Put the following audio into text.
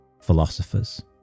philosophers